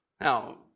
Now